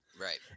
Right